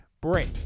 break